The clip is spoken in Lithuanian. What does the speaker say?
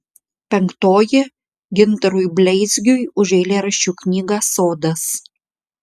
penktoji gintarui bleizgiui už eilėraščių knygą sodas